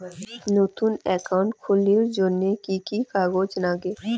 নতুন একাউন্ট খুলির জন্যে কি কি কাগজ নাগে?